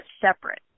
separate